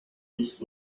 dix